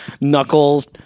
knuckles